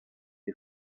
列表